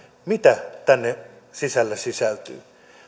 mitä tänne sisälle sisältyy